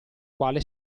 quale